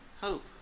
hope